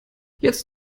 jetzt